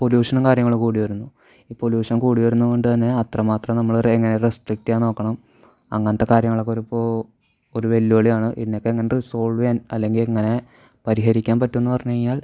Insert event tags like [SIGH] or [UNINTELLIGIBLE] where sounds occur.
പൊല്യൂഷനും കാര്യങ്ങളും കൂടിവരുന്നു ഈ പൊല്യൂഷൻ കുടിവരുന്നതുകൊണ്ടുതന്നെ അത്രമാത്രം നമ്മൾ [UNINTELLIGIBLE] റെസ്ട്രിക്ട് ചെയ്യാൻ നോക്കണം അങ്ങനത്തെ കാര്യങ്ങളൊക്കൊരിപ്പോൾ ഒരു വെല്ലുവിളിയാണ് ഇതിനി ഇപ്പോൾ ഇങ്ങനത്തെ സോൾവ് ചെയ്യാൻ അല്ലെങ്കിൽ എങ്ങനെ പരിഹരിക്കാൻ പറ്റുമെന്ന് പറഞ്ഞ് കഴിഞ്ഞാൽ